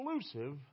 exclusive